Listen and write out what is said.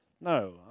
No